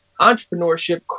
entrepreneurship